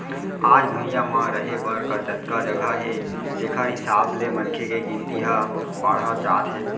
आज भुइंया म रहें बर जतका जघा हे तेखर हिसाब ले मनखे के गिनती ह बाड़हत जात हे